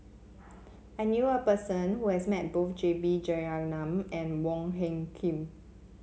I knew a person who has met both J B Jeyaretnam and Wong Hung Khim